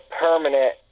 permanent